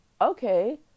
okay